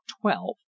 twelve